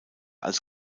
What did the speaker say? als